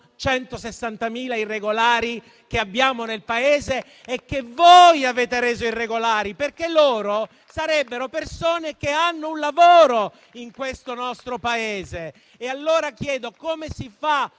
160.000 irregolari che abbiamo nel Paese e che voi avete reso irregolari? Sarebbero persone che hanno un lavoro in questo nostro Paese. E allora chiedo come si fa